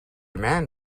man